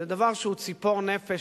זה דבר שהוא ציפור נפש,